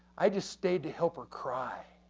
i just stayed to help her cry.